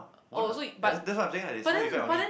won't lah that that's why I'm saying lah there's no effect on me